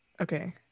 Okay